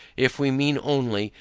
if we mean only,